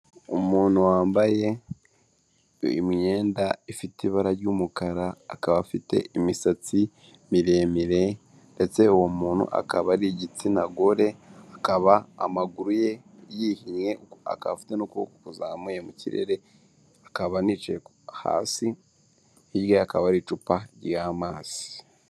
Umuntu wambaye imyenda ifite ibara ry'umukara akaba afite imisatsi miremire ndetse uwo muntu akaba ari igitsina gore, akaba amaguru ye yihinnye akaba afite n'ukuboko kuzamuye mu kirere, akaba anicaye hasi hirya ye hakaba hari icupa ry'amasi.